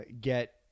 get